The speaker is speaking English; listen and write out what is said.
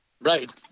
right